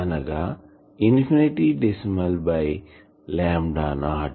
అనగా infinite decimal by lambda not